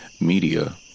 Media